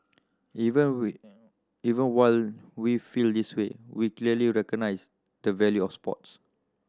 even we even while we feel this way we clearly recognise the value of sports